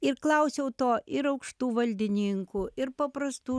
ir klausiau to ir aukštų valdininkų ir paprastų